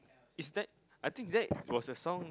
is that I think that was a song